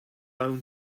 own